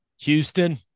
Houston